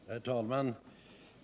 Herr talman!